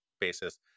basis